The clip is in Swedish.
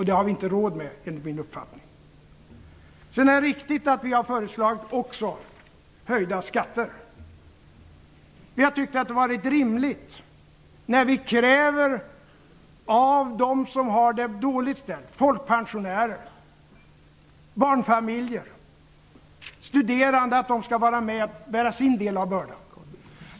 Det har vi inte råd med enligt min uppfattning. Det är riktigt att vi har föreslagit höjda skatter. Vi har tyckt att det varit rimligt när vi kräver av dem som har det dåligt ställt - folkpensionärer, barnfamiljer, studerande - att de skall vara med att bära sin del av bördan.